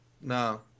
No